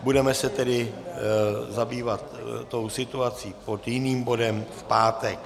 Budeme se tedy zabývat tou situací pod jiným bodem v pátek.